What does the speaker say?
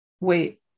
Wait